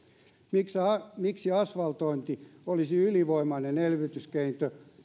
miksi miksi asfaltointi olisi ylivoimainen elvytyskeino